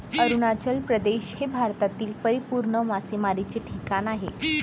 अरुणाचल प्रदेश हे भारतातील परिपूर्ण मासेमारीचे ठिकाण आहे